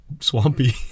swampy